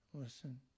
listen